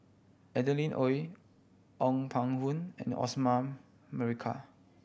Adeline Ooi Ong Pang Boon and Osman Merican